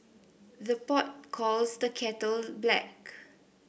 the pot calls the kettle black